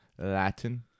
Latin